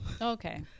okay